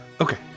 Okay